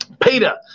Peter